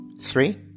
Three